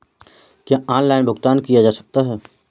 क्या ऑनलाइन भुगतान किया जा सकता है?